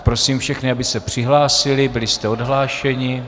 Prosím všechny, aby se přihlásili, byli jste odhlášeni.